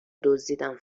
دزدیدن